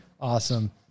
awesome